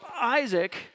Isaac